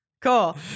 cool